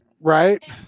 Right